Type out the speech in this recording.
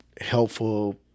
helpful